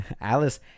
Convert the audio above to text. Alice